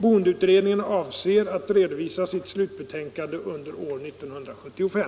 Boendeutredningen avser att redovisa sitt slutbetänkande under år 1975.